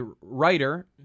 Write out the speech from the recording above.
writer